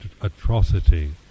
atrocity